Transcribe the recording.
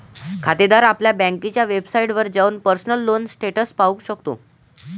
खातेदार आपल्या बँकेच्या वेबसाइटवर जाऊन पर्सनल लोन स्टेटस पाहू शकतो